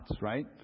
right